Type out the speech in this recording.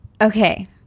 Okay